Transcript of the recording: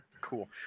Cool